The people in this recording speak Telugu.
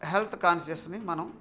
హెల్త్ కాన్షియస్ని మనం